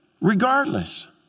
Regardless